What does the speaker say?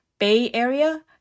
bayarea